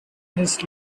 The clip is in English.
his